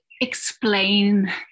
explain